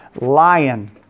lion